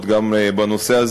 ישראל".